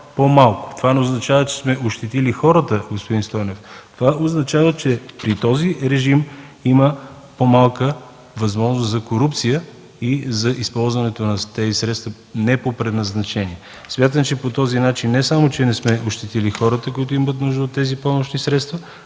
Това не означава, че сме ощетили хората, господин Стойнев. Това означава, че при този режим има по-малка възможност за корупция и за използването на тези средства не по предназначение. Смятам, че по този начин не само не сме ощетили хората, които имат нужда от тези помощни средства,